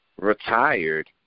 retired